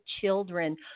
children